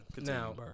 Now